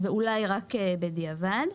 רק בדיעבד.